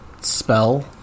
spell